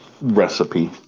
recipe